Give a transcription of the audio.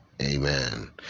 Amen